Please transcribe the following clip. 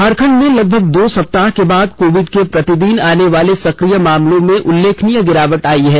झारखंड में लगभग दो सप्ताह के बाद कोविड के प्रतिदिन आने वाले सक्रिय मामलों में उल्लेखनीय गिरावट आई है